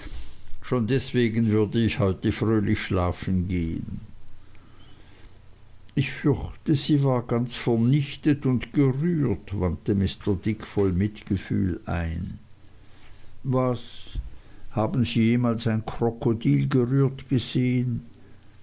schon deswegen würde ich heute fröhlich schlafen gehen ich fürchte sie war ganz vernichtet und gerührt wandte mr dick voll mitgefühl ein was haben sie jemals ein krokodil gerührt gesehen